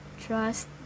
trust